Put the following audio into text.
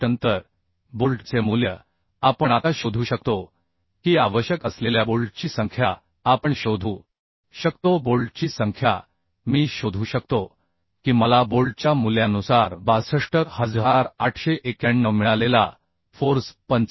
तर बोल्टचे मूल्य आपण आता शोधू शकतो की आवश्यक असलेल्या बोल्टची संख्या आपण शोधू शकतो बोल्टची संख्या मी शोधू शकतो की मला बोल्टच्या मूल्यानुसार 62891 मिळालेला फोर्स 45